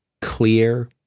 clear